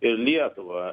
ir lietuvą